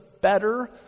better